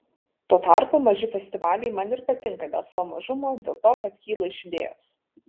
tuo tarpu maži festivaliai man ir patinka dėl savo mažumo dėl to kad kyla iš idėjos